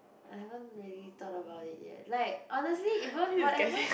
I haven't really thought about it yet like honestly even whatever